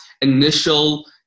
initial